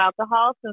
alcohol